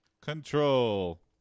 control